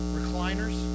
recliners